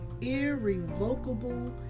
irrevocable